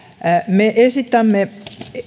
me esitämme